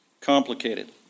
complicated